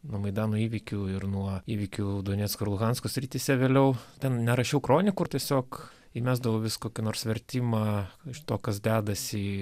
nuo maidano įvykių ir nuo įvykių donecko luhansko srityse vėliau ten nerašiau kronikų ir tiesiog įmesdavau vis kokį nors vertimą iš to kas dedasi